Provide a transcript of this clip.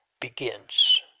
begins